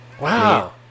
Wow